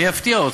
אני אפתיע אותך,